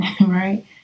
Right